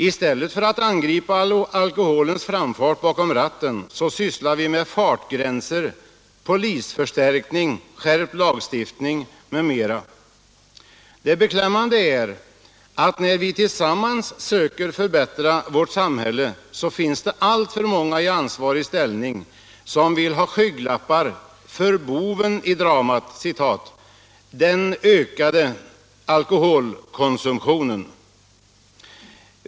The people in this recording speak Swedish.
I stället för att angripa alkoholens framfart bakom ratten sysslar vi med fartgränser, polisförstärkning, skärpt lagstiftning m.m. Det beklämmande är att när vi tillsammans söker förbättra vårt samhälle så finns det alltför många i ansvarig ställning som vill ha skygglappar för ”boven i dramat”, den ökande alkoholkonsumtionen.